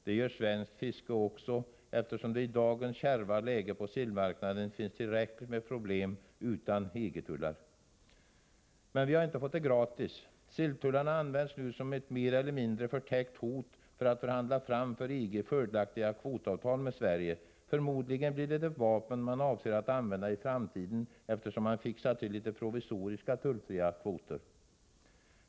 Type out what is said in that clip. Det gör svenskt fiske också, eftersom det i dagens kärva läge på sillmarknaden finns tillräckligt med problem utan EG-tullar. Men vi har inte fått det gratis. Silltullarna används nu som ett mer eller mindre förtäckt hot för att förhandla fram för EG fördelaktiga kvotavtal med Sverige. Förmodligen är det ett vapen man avser att använda i framtiden eftersom man fixar till litet provisoriska tullfria kvoter.